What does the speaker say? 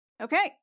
Okay